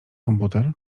komputer